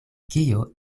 kio